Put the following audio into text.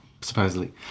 supposedly